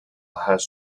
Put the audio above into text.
has